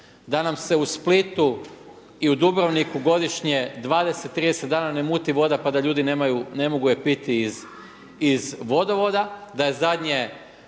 Da nam se u Splitu i u Dubrovniku godišnje 20, 30 dana ne muti voda pa da ljudi ne mogu je piti iz vodovoda, da je zadnja